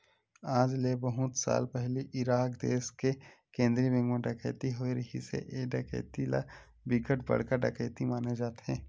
आज ले बहुत साल पहिली इराक देस के केंद्रीय बेंक म डकैती होए रिहिस हे ए डकैती ल बिकट बड़का डकैती माने जाथे